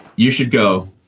you should go.